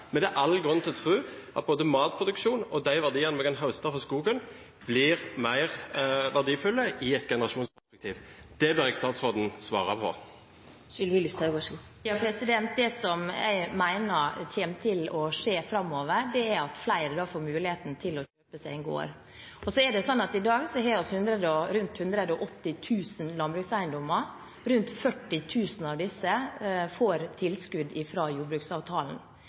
men det er all grunn til å tro at både matproduksjon og de verdiene vi kan høste fra skogen, blir mer verdifulle i et generasjonsperspektiv. Det ber jeg statsråden svare på. Det som jeg mener kommer til å skje framover, er at flere vil få muligheten til å kjøpe seg en gård. I dag har vi rundt 180 000 landbrukseiendommer. Rundt 40 000 av disse får tilskudd fra jordbruksavtalen.